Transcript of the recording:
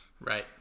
Right